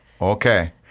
Okay